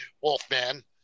Wolfman